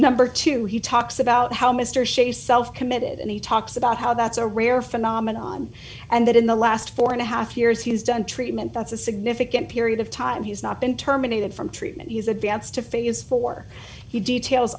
number two he talks about how mr shays self committed and he talks about how that's a rare phenomenon and that in the last four and a half years he has done treatment that's a significant period of time he's not been terminated from treatment he's advanced a phase four he details